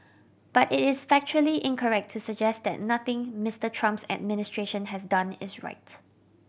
but it is factually incorrect to suggest that nothing Mister Trump's administration has done is right